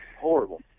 Horrible